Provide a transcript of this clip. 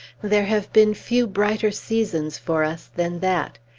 there have been few brighter seasons for us than that.